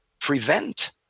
prevent